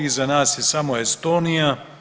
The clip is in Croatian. Iza nas je samo Estonija.